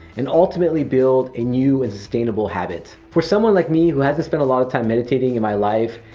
and ultimately build a new and sustainable habit. for someone like me who hasn't spent a lot of time meditating in my life,